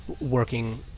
working